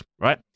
right